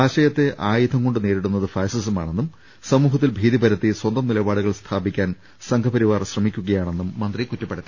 ആശയത്തെ ആയുധം കൊണ്ട് നേരിടു ന്നത് ഫാസിസമാണെന്നും സമൂഹത്തിൽ ഭീതി പരത്തി സ്വന്തം നിലപാടുകൾ സ്ഥാപിക്കാൻ സംഘ്പരിവാർ ശ്രമിക്കുകയാണെന്നും മന്ത്രി കുറ്റപ്പെടുത്തി